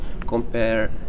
compare